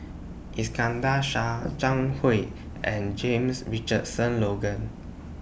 Iskandar Shah Zhang Hui and James Richardson Logan